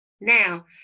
Now